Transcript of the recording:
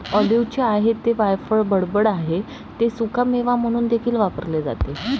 ऑलिव्हचे आहे ते वायफळ बडबड आहे ते सुकामेवा म्हणून देखील वापरले जाते